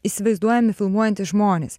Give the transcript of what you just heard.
įsivaizduojami filmuojantys žmonės